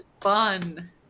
fun